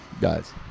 guys